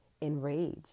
enraged